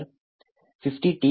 01sin50t x14 0